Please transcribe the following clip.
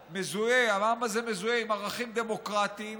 והעם הזה מזוהה עם ערכים דמוקרטיים,